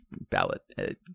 ballot